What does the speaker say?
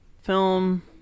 film